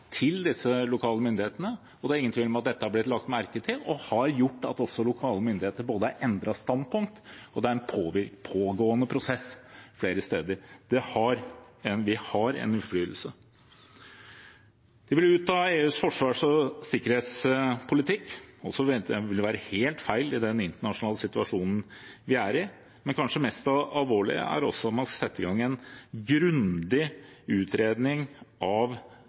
til disse lokale myndighetene. Det er ingen tvil om at dette har blitt lagt merke til og har gjort både at lokale myndigheter har endret standpunkt, og at det er en pågående prosess flere steder. Vi har en innflytelse. Senterpartiet vil ut av EUs forsvars- og sikkerhetspolitikk. Det ville være helt feil i den internasjonale situasjonen vi er i. Men det kanskje mest alvorlige er at man vil sette i gang en grundig utredning av